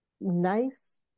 nice